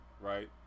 right